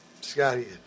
Scotty